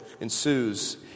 Ensues